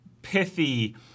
pithy